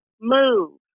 move